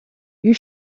you